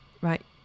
right